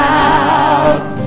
house